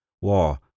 war